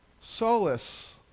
solace